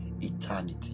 eternity